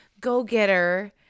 go-getter